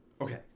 okay